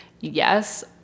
yes